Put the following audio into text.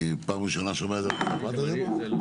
אני פעם ראשונה שומע זה.